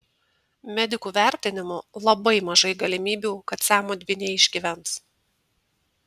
medikų vertinimu labai mažai galimybių kad siamo dvyniai išgyvens